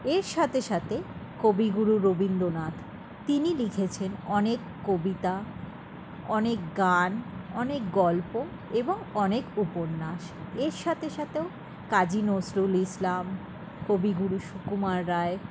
এর সাথে সাথে কবিগুরু রবীন্দ্রনাথ তিনি লিখেছেন অনেক কবিতা অনেক গান অনেক গল্প এবং অনেক উপন্যাস এর সাথে সাথেও কাজী নজরুল ইসলাম কবিগুরু সুকুমার রায়